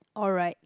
alright